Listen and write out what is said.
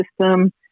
system